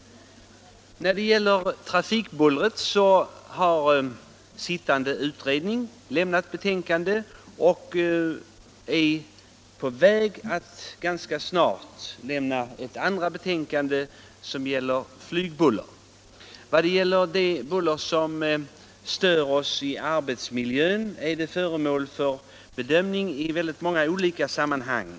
När det gäller trafikbullret har den sittande utredningen avlämnat ett betänkande. Utredningen kommer ganska snart att avlämna ett andra betänkande som gäller flygbullret. Det buller som stör oss i arbetsmiljön är föremål för bedömning i många olika sammanhang.